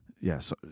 yes